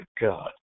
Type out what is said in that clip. God